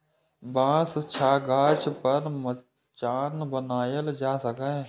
बांस सं गाछ पर मचान बनाएल जा सकैए